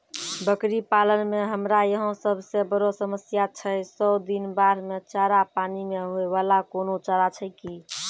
बकरी पालन मे हमरा यहाँ सब से बड़ो समस्या छै सौ दिन बाढ़ मे चारा, पानी मे होय वाला कोनो चारा छै कि?